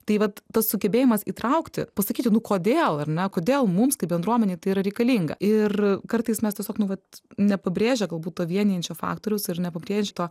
tai vat tas sugebėjimas įtraukti pasakyti nu kodėl ar ne kodėl mums kaip bendruomenei tai yra reikalinga ir kartais mes tiesiog nu vat nepabrėžia galbūt to vienijančio faktoriaus ir nepabrėžė to